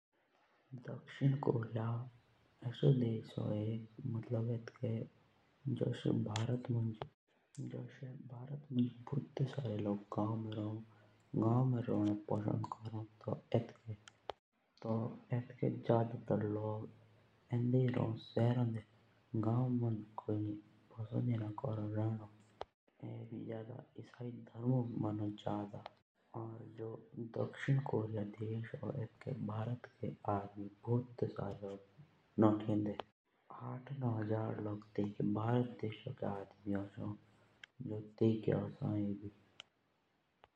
यूनाईटेड जो संस्कृति भी होन तो तेतुक ब्रिटिश संस्कृति भी बोलों पो होन। और बोलों फेर भी और जो संस्कृति होन ये खी चीज़ों लेई परभावी हो जुस इतिहास होआ इसाई धर्म होनो यूरोपीय संस्कृति होनो ब्रिटिश साम्राज्य होनो। और ओल्ग ओल्ग संस्कृति भी शामिल होन।